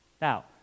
Now